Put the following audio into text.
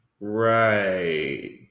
Right